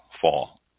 fall